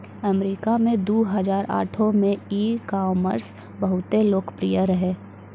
अमरीका मे दु हजार आठो मे ई कामर्स बहुते लोकप्रिय रहै